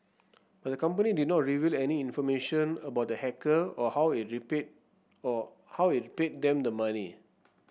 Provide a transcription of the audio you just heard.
but the company did not reveal any information about the hacker or how it rapid or how it paid them the money